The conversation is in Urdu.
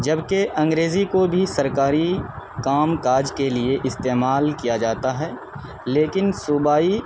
جبکہ انگریزی کو بھی سرکاری کام کاج کے لیے استعمال کیا جاتا ہے لیکن صوبائی